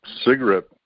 cigarette